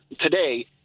today